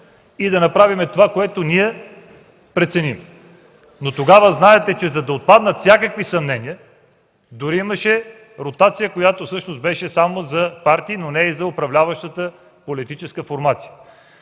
и да направим това, което преценим, но тогава, за да отпаднат всякакви съмнения, дори имаше ротация, която беше само за партии, но не и за управляващата политическа формация.